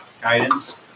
Guidance